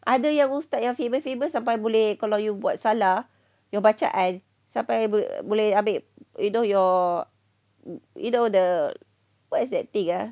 ada yang ustaz yang famous sampai boleh kalau you buat salah your bacaan sampai boleh ambil you know your you know the what is that thing ah